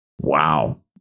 Wow